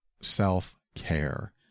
self-care